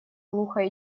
глухо